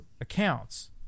accounts